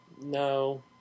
No